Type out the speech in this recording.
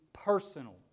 personal